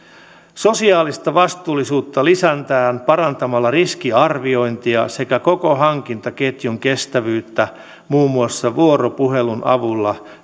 sosiaalista vastuullisuutta lisätään parantamalla riskinarviointia sekä koko hankintaketjun kestävyyttä muun muassa vuoropuhelun avulla